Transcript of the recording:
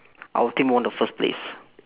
our team won the first place